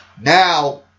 Now